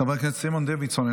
חבר הכנסת סימון דוידסון,